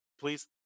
Please